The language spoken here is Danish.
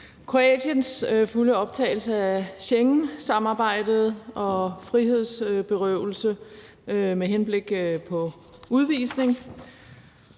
Kroatiens fulde optagelse i Schengensamarbejdet og frihedsberøvelse med henblik på udvisning